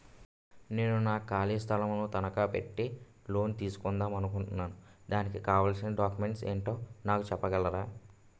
నేను నా ఖాళీ స్థలం ను తనకా పెట్టి లోన్ తీసుకుందాం అనుకుంటున్నా దానికి కావాల్సిన డాక్యుమెంట్స్ ఏంటో నాకు చెప్పగలరా?